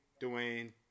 Dwayne